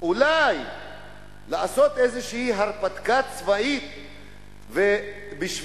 אולי לעשות איזושהי הרפתקה צבאית בשביל